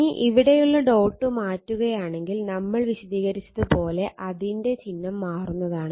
ഇനി ഇവിടെയുള്ള ഡോട്ട് മാറ്റുകയാണെങ്കിൽ നമ്മൾ വിശദീകരിച്ചത് പോലെ അതിന്റെ ചിഹ്നം മാറുന്നതാണ്